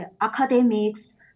academics